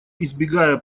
избегая